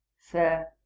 Sir